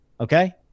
Okay